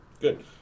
Good